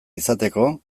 izateko